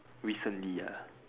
recently ah